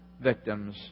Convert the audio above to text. victims